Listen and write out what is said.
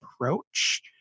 approach